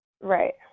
Right